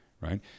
Right